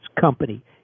company